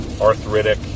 arthritic